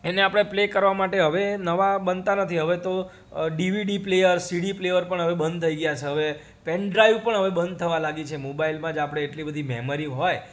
એને આપણે પ્લે કરવા માટે હવે નવા બનતા નથી હવે તો ડીવીડી પ્લેયર સીડી પ્લેયર પણ હવે બંધ થય ગયા છે હવે પેનડ્રાઇવ પણ હવે બંધ થવા લાગી છે મોબાઈલમાં જ આપણે એટલી બધી મેમરી હોય